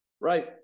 Right